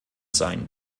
sein